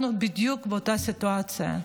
אנחנו בדיוק באותה סיטואציה.